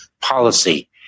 policy